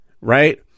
right